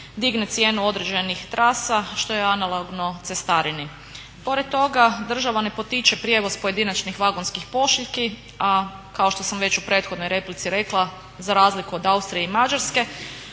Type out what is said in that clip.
digne cijenu određeni trasa što je analogno cestarini. Pored toga država ne potiče pojedinačnih vagonskih pošiljki, a kao što sam u već u prethodnoj replici rekla za razliku od Austrije i Mađarske